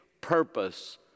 purpose